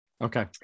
Okay